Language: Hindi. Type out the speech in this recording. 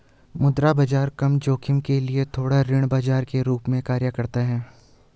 मुद्रा बाजार कम जोखिम के लिए थोक ऋण बाजार के रूप में कार्य करता हैं